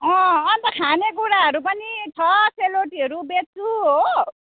अँ अन्त खानुकुराहरू पनि छ सेलरोटीहरू बेच्छु हो